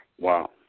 Wow